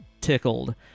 tickled